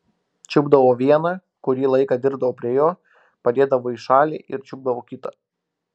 čiupdavo vieną kurį laiką dirbdavo prie jo padėdavo į šalį ir čiupdavo kitą